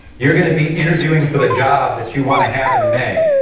you're going to be interviewing for the job that you want to have in may.